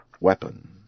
weapon